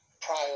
prior